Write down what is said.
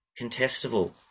contestable